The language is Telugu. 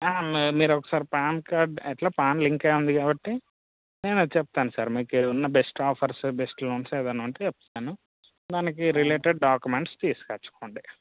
మీ మీరు ఒకసారి పాన్ కార్డు ఎట్లా పాన్ లింక్ అయి ఉంది కాబట్టి నేను అది చెప్తాను సార్ మీకు మీకు ఉన్న బెస్ట్ ఆఫర్స్ బెస్ట్ లోన్స్ ఏదన్న ఉంటే చెప్తాను దానికి రిలేటెడ్ డాక్యుమెంట్స్ తీసుకో వచ్చుకోండి